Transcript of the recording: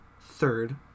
third